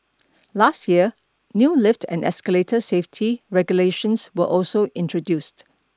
last year new lift and escalator safety regulations were also introduced